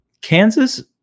kansas